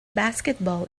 basketball